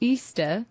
Easter